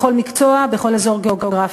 בכל מקצוע, בכל אזור גיאוגרפי.